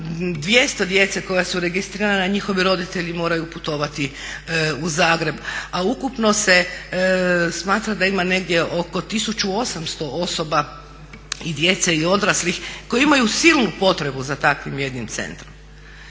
200 djece koja su registrirana njihovi roditelji moraju putovati u Zagreb. A ukupno se smatra da ima negdje oko 1800 osoba i djece i odraslih koji imaju silnu potrebu za takvim jednim centrom.